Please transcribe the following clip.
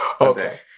okay